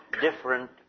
different